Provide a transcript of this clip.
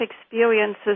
experiences